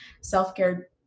Self-care